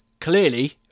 clearly